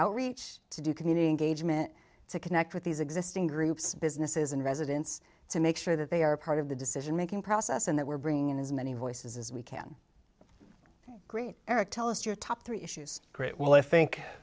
outreach to do community engagement to connect with these existing groups businesses and residents to make sure that they are part of the decision making process and that we're bringing in as many voices as we can great eric tell us your top three great well i